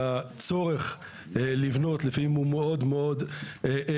והצורך לבנות לפעמים הוא מאוד מאוד דחוף.